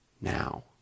now